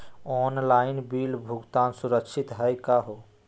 Online bill भुगतान सुरक्षित हई का हो?